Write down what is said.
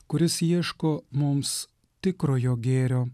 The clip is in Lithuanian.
kuris ieško mums tikrojo gėrio